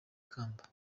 kamba